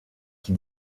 qui